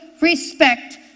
respect